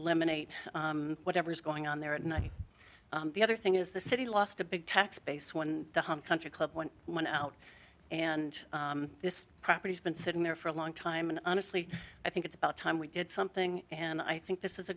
eliminate whatever's going on there at night the other thing is the city lost a big tax base when the country club went out and this property has been sitting there for a long time and honestly i think it's about time we did something and i think this is a